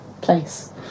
place